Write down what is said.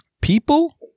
People